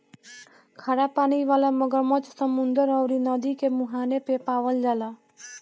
खरा पानी वाला मगरमच्छ समुंदर अउरी नदी के मुहाने पे पावल जाला